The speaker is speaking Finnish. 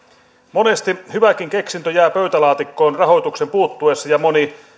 monesti hyväkin keksintö jää pöytälaatikkoon rahoituksen puuttuessa ja moni